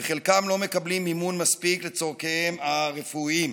וחלקם לא מקבלים מימון מספיק לצורכיהם הרפואיים.